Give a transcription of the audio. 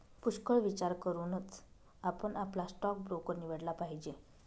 पुष्कळ विचार करूनच आपण आपला स्टॉक ब्रोकर निवडला पाहिजे